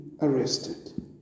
arrested